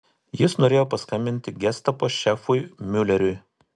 jis norėjo paskambinti gestapo šefui miuleriui